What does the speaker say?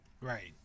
Right